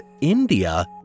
India